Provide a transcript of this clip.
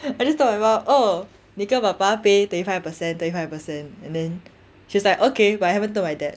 I just told my mum oh 你跟爸爸 pay twenty five percent twenty five percent and then she was like okay but I haven't told my dad